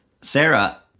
Sarah